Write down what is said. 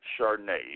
Chardonnay